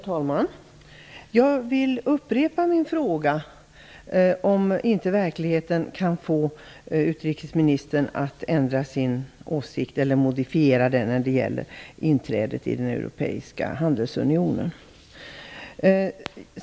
Herr talman! Jag vill upprepa min fråga om verkligheten inte kan få utrikesministern att ändra sin åsikt eller modifiera den när det gäller inträdet i den europeiska handelsunionen.